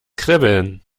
kribbeln